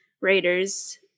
Raiders